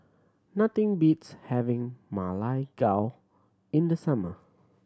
nothing beats having Ma Lai Gao in the summer